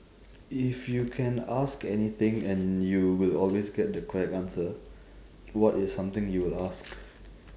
if you can ask anything and you will always get the correct answer what is something you will ask